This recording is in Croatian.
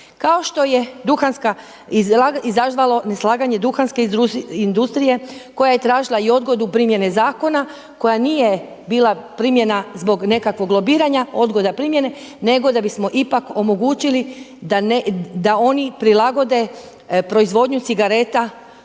Kao što je izazvalo neslaganje duhanske industrije koja je tražila i odgodu primjene zakona koja nije bila primjena zbog nekakvog lobiranja odgoda primjene nego da bismo ipak omogućili da oni prilagode proizvodnju cigareta